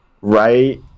right